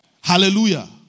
Hallelujah